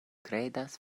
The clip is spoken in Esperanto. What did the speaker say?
kredas